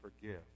forgive